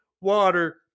water